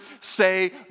say